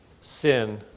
sin